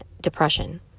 depression